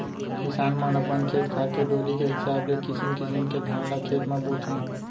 किसान मन अपन खेत खार के डोली के हिसाब ले किसिम किसिम के धान ल खेत म बोथें